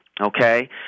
okay